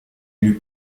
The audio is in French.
élu